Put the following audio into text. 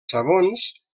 sabons